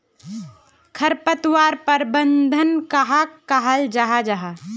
खरपतवार प्रबंधन कहाक कहाल जाहा जाहा?